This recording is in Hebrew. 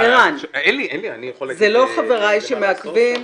זה לא חבריי שמעכבים,